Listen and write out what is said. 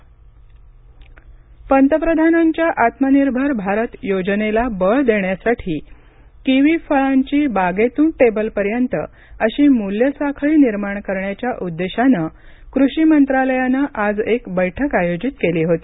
कषी मंत्री किवी पंतप्रधानांच्या आत्मनिर्भर भारत योजनेला बळ देण्यासाठी किवी फळांची बागेतून टेबलपर्यंत अशी मूल्य साखळी निर्माण करण्याच्या उद्देशान कृषी मत्रालयान आज एक बैठक आयोजित केली होती